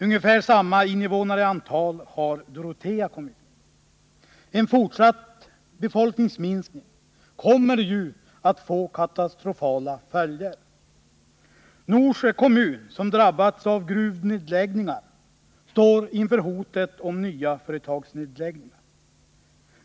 Ungefär samma invånarantal har Dorotea kommun. En fortsatt befolkningsminskning kommer ju att få katastrofala följder. Norsjö kommun, som drabbats av gruvnedläggningar, står inför hotet om nya företagsnedläggningar.